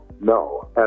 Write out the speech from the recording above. No